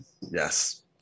Yes